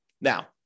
Now